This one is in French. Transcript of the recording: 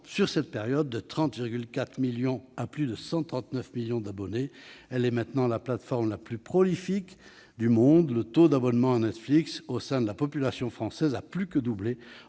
durant cette période de 30,4 millions d'abonnés à plus de 139 millions. Elle est maintenant la plateforme la plus prolifique du monde. Le taux d'abonnement à Netflix au sein de la population française a plus que doublé